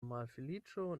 malfeliĉo